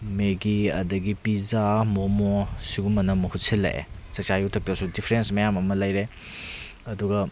ꯃꯦꯒꯤ ꯑꯗꯨꯗꯒꯤ ꯄꯤꯖꯥ ꯃꯣꯃꯣ ꯑꯁꯤꯒꯨꯝꯕꯅ ꯃꯍꯨꯠ ꯁꯤꯜꯂꯛꯑꯦ ꯆꯥꯛꯆꯥ ꯌꯨꯊꯛꯇꯁꯨ ꯗꯤꯐ꯭ꯔꯦꯟꯁ ꯃꯌꯥꯝ ꯑꯃ ꯂꯩꯔꯦ ꯑꯗꯨꯒ